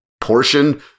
portion